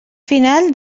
final